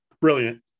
Brilliant